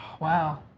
Wow